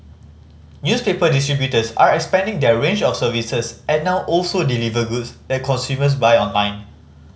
newspaper distributors are expanding their range of services and now also deliver goods that consumers buy online